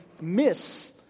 miss